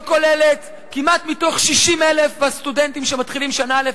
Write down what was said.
מתוך כמעט 60,000 הסטודנטים שמתחילים שנה א',